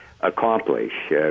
accomplish